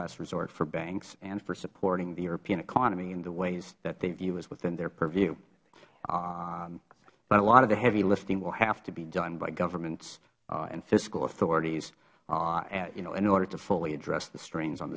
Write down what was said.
last resort for banks and for supporting the european economy in the ways that they view is within their purview but a lot of the heavy lifting will have to be done by governments and fiscal authorities you know in order to fully address the strains on